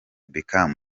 beckham